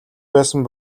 байсан